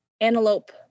antelope